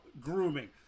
grooming